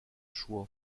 choix